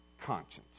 conscience